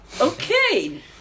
Okay